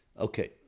Okay